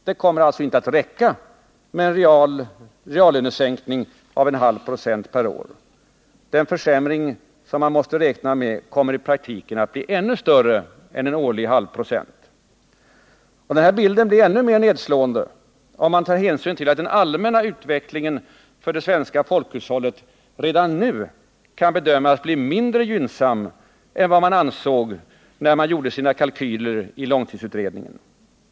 Det kommer alltså inte att räcka med en reallönesänkning av 1 2 96 årligen. Bilden blir ännu mer nedslående, om man tar hänsyn till att den allmänna utvecklingen för vårt folkhushåll redan nu kan bedömas bli mindre gynnsam än vad man ansåg när långtidsutredningen gjorde sina kalkyler.